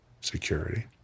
security